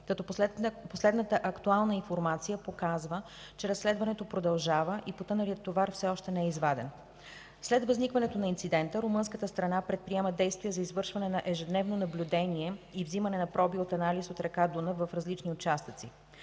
като последната актуална информация показва, че разследването продължава и потъналият товар все още не е изваден. След възникването на инцидента румънската страна предприема действия за извършване на ежедневно наблюдение и взимане на проби за анализ от река Дунав в различни участъци.